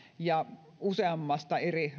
useammasta eri